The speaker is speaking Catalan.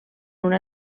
una